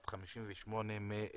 בת 58 מבענה.